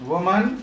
Woman